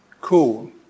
cool